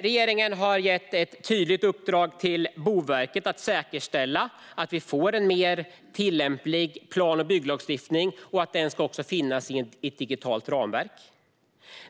Regeringen har gett ett tydligt uppdrag till Boverket att säkerställa att vi får en mer tillämplig plan och bygglagstiftning och att även den ska finnas i ett digitalt ramverk.